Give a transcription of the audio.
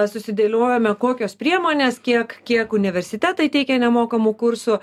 susidėliojome kokios priemonės kiek kiek universitetai teikia nemokamų kursų